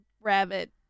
Rabbit